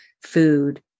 food